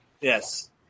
Yes